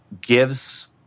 gives